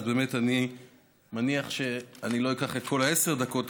אני מניח שאני לא אקח את כל עשר הדקות,